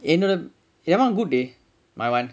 என்னோட:ennode that [one] good dey my [one]